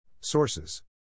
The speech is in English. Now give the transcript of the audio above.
Sources